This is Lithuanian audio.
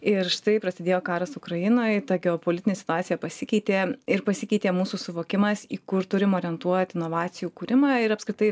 ir štai prasidėjo karas ukrainoj ta geopolitinė situacija pasikeitė ir pasikeitė mūsų suvokimas į kur turim orientuot inovacijų kūrimą ir apskritai